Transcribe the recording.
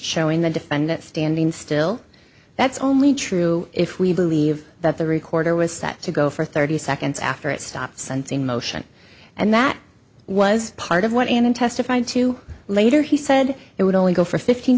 showing the defendant standing still that's only true if we believe that the recorder was set to go for thirty seconds after it stops sensing motion and that was part of what i am testifying to later he said it would only go for fifteen